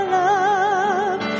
love